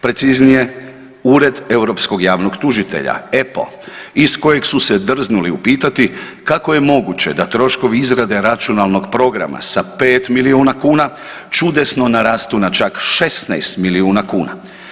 Preciznije Ured europskog javnog tužitelja EPPO iz kojeg su se drznuli upitati kao je moguće da troškovi izrade računalnog programa sa 5 milijuna čudesno narastu na čak 16 milijuna kuna.